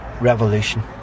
revolution